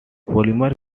polymer